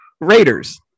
Raiders